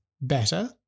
better